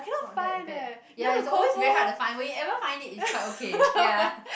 not that bad ya it's always very hard to find when you ever find it's quite okay ya